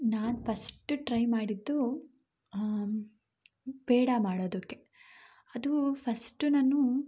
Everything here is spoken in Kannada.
ನಾನು ಫಸ್ಟ್ ಟ್ರೈ ಮಾಡಿದ್ದು ಹಾಂ ಪೇಡ ಮಾಡೋದಕ್ಕೆ ಅದು ಫಸ್ಟ್ ನಾನು